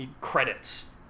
credits